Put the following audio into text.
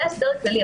זה ההסדר הכללי.